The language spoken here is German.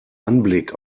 anblick